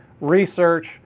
Research